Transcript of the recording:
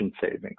savings